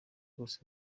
bwose